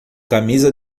camisa